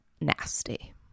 nasty